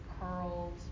curled